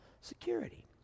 security